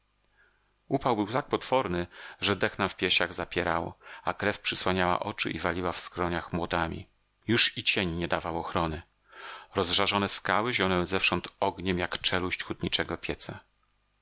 upał był tak potworny że dech nam w piersiach zapierało a krew przysłaniała oczy i waliła w skroniach młotami już i cień nie dawał ochrony rozżarzone skały zionęły zewsząd ogniem jak czeluść hutniczego pieca